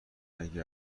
اگه